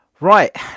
Right